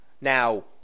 Now